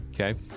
Okay